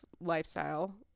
lifestyle